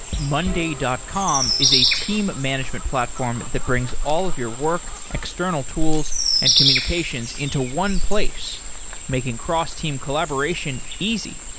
monday dot com is a team management platform that brings all of your work, external tools and communications into one place making cross-team collaboration easy.